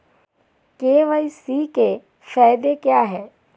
KYC के फायदे क्या है?